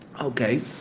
Okay